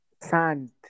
Sand